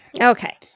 Okay